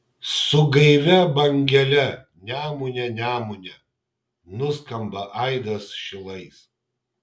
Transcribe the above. su gaivia bangele nemune nemune nuskamba aidas šilais